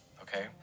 Okay